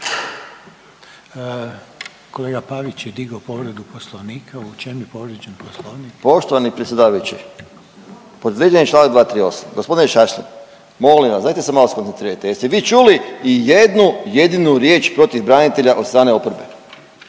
Kolega Pavić je digao povredu Poslovnika. U čemu je povrijeđen Poslovnik? **Pavić, Željko (Socijaldemokrati)** Poštovani predsjedavajući povrijeđen je članak 238. Gospodine Šašlin molim vas dajte se malo skoncentrirajte. Jeste vi čuli i jednu jedinu riječ protiv branitelja od strane oporbe?